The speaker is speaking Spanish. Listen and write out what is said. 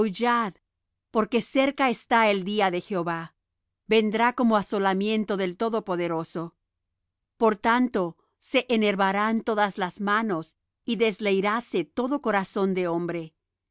porque cerca está el día de jehová vendrá como asolamiento del todopoderoso por tanto se enervarán todas la manos y desleiráse todo corazón de hombre